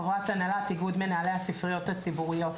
ואני חברת הנהלת איגוד מנהלי הספריות הציבוריות,